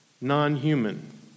non-human